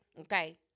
Okay